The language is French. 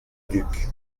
duc